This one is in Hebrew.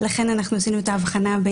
לכן עשינו את ההבחנה.